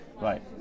Right